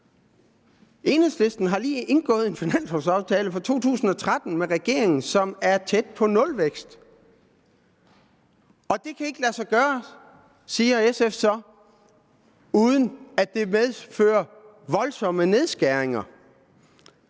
Enhedslisten har lige indgået en finanslovaftale for 2013 med regeringen, og den er tæt på nulvækst. Og det kan ikke lade sig gøre, siger SF så, uden at det medfører voldsomme nedskæringer.